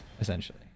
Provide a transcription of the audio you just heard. essentially